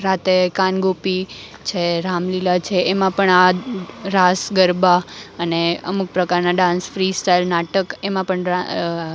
રાતે કાન ગોપી છે રામલીલા છે એમાં પણ આ રાસ ગરબા અને અમુક પ્રકારના ડાન્સ ફ્રી સ્ટાઇલ નાટક એમાં પણ